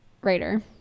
writer